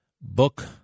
book